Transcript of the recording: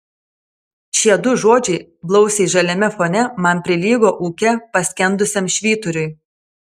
šie du žodžiai blausiai žaliame fone man prilygo ūke paskendusiam švyturiui